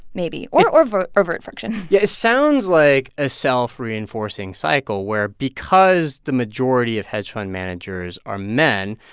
maybe or or overt overt friction yeah, it sounds like a self-reinforcing cycle, where because the majority of hedge fund managers are men,